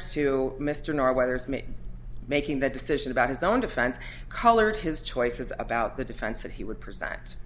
to mr nor whether smith making the decision about his own defense colored his choices about the defense that he would present